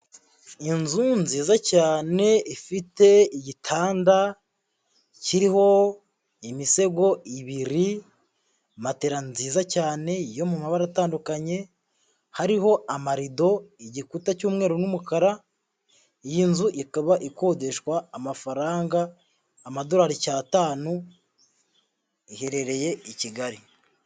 Iyo nzu nziza cyane ifite igitanda kiriho imisego ibiri, matela nziza cyane yo mu mabara atandukanye. Hariho amarido, igikuta cy'umweru n'umukara. Iyi nzu ikaba ikodeshwa amafaranga amadolari icyatanu iherereye i Kigali.